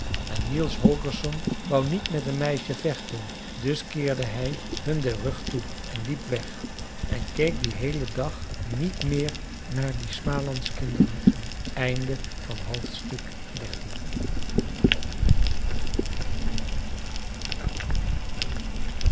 en niels holgersson wou niet met een meisje vechten dus keerde hij hun den rug toe en liep weg en keek dien heelen dag niet meer naar die smalandskinderen om